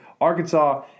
Arkansas